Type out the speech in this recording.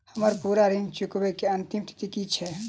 हम्मर पूरा ऋण चुकाबै केँ अंतिम तिथि की छै?